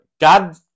god